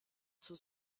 zur